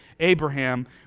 Abraham